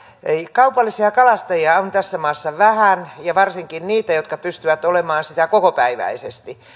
kaupallisia kalastajia on tässä maassa vähän ja varsinkin niitä jotka pystyvät olemaan sitä kokopäiväisesti